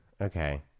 Okay